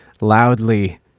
loudly